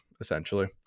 essentially